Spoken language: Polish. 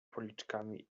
policzkami